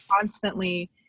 constantly